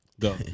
Go